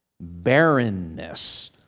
barrenness